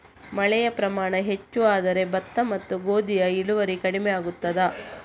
ಮಳೆಯ ಪ್ರಮಾಣ ಹೆಚ್ಚು ಆದರೆ ಭತ್ತ ಮತ್ತು ಗೋಧಿಯ ಇಳುವರಿ ಕಡಿಮೆ ಆಗುತ್ತದಾ?